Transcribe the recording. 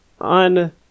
on